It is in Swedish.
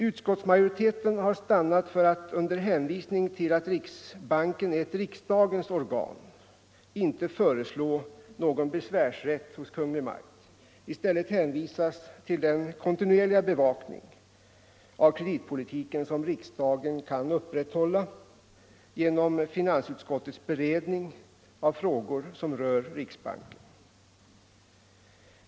Utskottsmajoriteten har stannat för att, under hänvisning till att riksbanken är ett riksdagens organ, inte föreslå någon besvärsrätt hos Kungl. Maj:t. I stället hänvisas till den kontinuerliga bevakning av kreditpolitiken som riksdagen kan upprätthålla genom finansutskottets beredning av frågor som rör riksbanken.